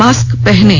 mask पहनें